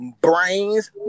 brains